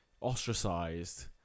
ostracized